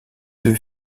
deux